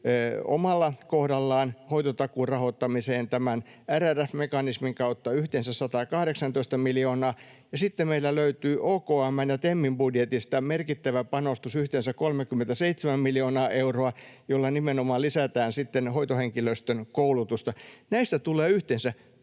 omalla kohdallaan hoitotakuun rahoittamiseen tämän RRF-mekanismin kautta yhteensä 118 miljoonaa, ja sitten meiltä löytyy OKM:n ja TEMin budjetista merkittävä panostus, yhteensä 37 miljoonaa euroa, jolla nimenomaan lisätään sitten hoitohenkilöstön koulutusta. Näistä tulee yhteensä